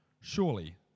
Surely